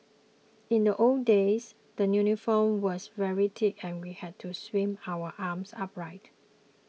in the old days the uniform was very thick and we had to swing our arms upright